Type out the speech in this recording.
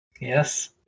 Yes